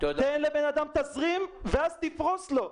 תן לבן אדם תזרים ואז תפרוס לו,